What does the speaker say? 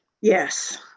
Yes